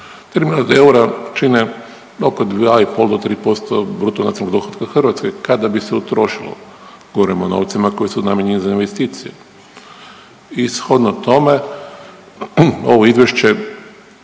oko dva i pol do tri posto bruto nacionalnog dohotka Hrvatske kada bi se utrošilo, govorim o novcima koji su namijenjeni za investicije. I shodno tome ovo izvješće